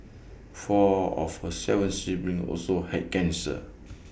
four of her Seven siblings also had cancer